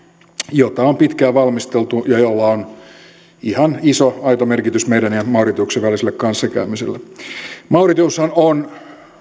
jota on pitkään valmisteltu ja jolla on ihan iso aito merkitys meidän ja mauritiuksen väliselle kanssakäymiselle mauritiushan on